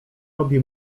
robi